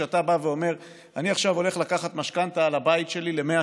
שאתה בא ואומר: עכשיו אני הולך לקחת משכנתה על הבית ל-100 שנה.